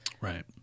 Right